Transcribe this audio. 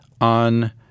on